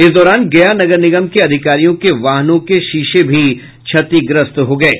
इस दौरान गया नगर निगम के अधिकारियों के वाहनों के शीशे भी क्षतिग्रस्त हो गये